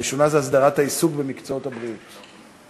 הסדרת העיסוק במקצועות הבריאות.